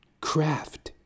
craft